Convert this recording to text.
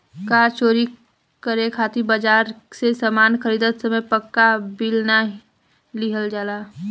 कार चोरी करे खातिर बाजार से सामान खरीदत समय पाक्का बिल ना लिहल जाला